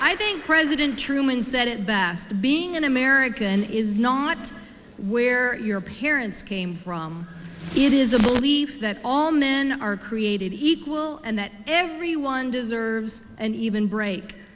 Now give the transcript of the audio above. i think president truman said it best being an american is not where your parents came from it is a belief that all men are created equal and that everyone deserves an even break